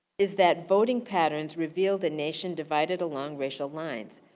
is that voting patterns revealed a nation divided along racial lines.